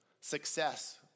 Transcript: Success